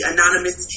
Anonymous